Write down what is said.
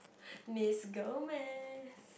Miss Gomez